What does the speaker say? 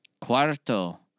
Cuarto